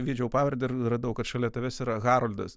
vedžiau pavardę ir radau kad šalia tavęs yra haroldas